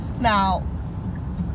Now